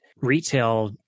retail